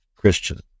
Christian